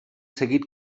seguit